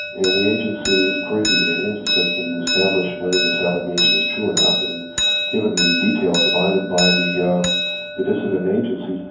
and the agency queried the iranians said can you establish whether this allegation is true or not, and given the detail provided by the ah the dissident agencies,